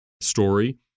story